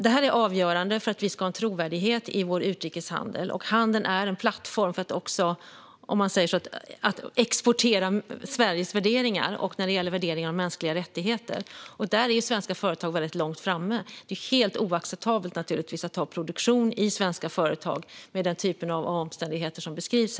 Det här är avgörande för att vi ska ha en trovärdighet i vår utrikeshandel. Handeln är även en plattform för export av Sveriges värderingar, nämligen värderingar om mänskliga rättigheter. Där är svenska företag väldigt långt framme. Det är naturligtvis helt oacceptabelt att ha produktion i svenska företag med den typ av omständigheter som beskrivs.